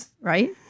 right